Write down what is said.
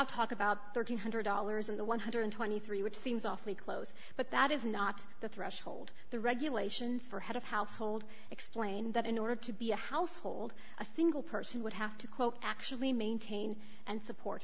of talk about one thousand three hundred dollars in the one hundred and twenty three dollars which seems awfully close but that is not the threshold the regulations for head of household explained that in order to be a household a single person would have to quote actually maintain and support